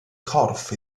corff